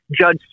Judge